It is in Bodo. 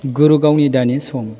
गुरगावनि दानि सम